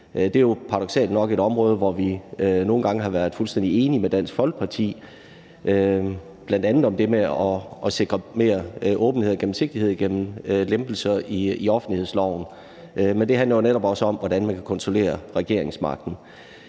Det er jo paradoksalt nok et område, hvor vi nogle gange har været fuldstændig enige med Dansk Folkeparti, bl.a. i det med at sikre mere åbenhed og gennemsigtighed igennem lempelser af offentlighedsloven. Men det handler jo netop også om, hvordan man kan kontrollere regeringsmagten.